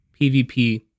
PVP